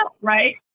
Right